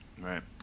Right